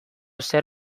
zer